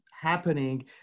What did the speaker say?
happening